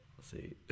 see